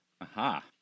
Aha